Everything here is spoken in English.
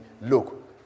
look